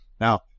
Now